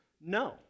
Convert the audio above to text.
no